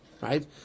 right